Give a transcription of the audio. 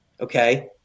okay